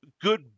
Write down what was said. good